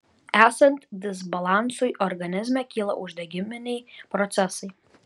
esant disbalansui organizme kyla uždegiminiai procesai